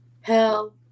Hell